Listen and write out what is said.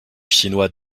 chinois